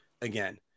again